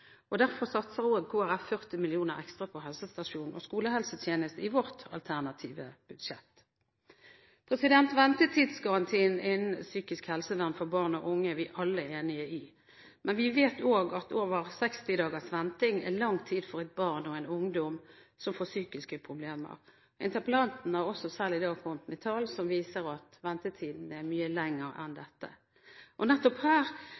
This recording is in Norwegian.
og derfor satser også Kristelig Folkeparti 40 mill. kr ekstra på helsestasjon og skolehelsetjeneste i vårt alternative budsjett. Ventetidsgarantien innen psykisk helsevern for barn og unge er vi alle enige i. Men vi vet også at over 60 dagers venting er lang tid for et barn og en ungdom som får psykiske problemer. Interpellanten har også selv i dag kommet med tall som viser at ventetiden er mye lengre enn dette. Nettopp her